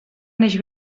neix